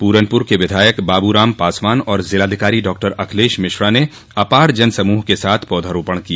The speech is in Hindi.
पूरनपुर के विधायक बाबूराम पासवान और जिलाधिकारी डॉक्टर अखिलेश मिश्रा ने अपार जन समूह के साथ पौधरोपण किया